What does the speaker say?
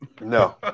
No